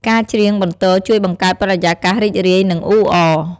ការច្រៀងបន្ទរជួយបង្កើតបរិយាកាសរីករាយ និងអ៊ូអរ។